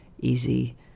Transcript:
easy